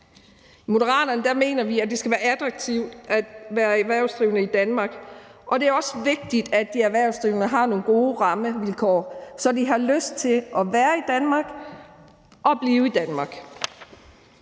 I Moderaterne mener vi, at det skal være attraktivt at være erhvervsdrivende i Danmark, og det er også vigtigt, at de erhvervsdrivende har nogle gode rammevilkår, så de har lyst til at være i Danmark og blive i Danmark.